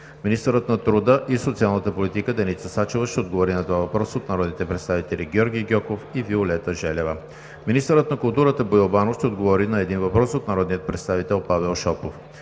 Министърът на труда и социалната политика Деница Сачева ще отговори на два въпроса от народните представители Георги Гьоков; и Виолета Желева. 5. Министърът на културата Боил Банов ще отговори на един въпрос от народния представител Павел Шопов.